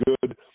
good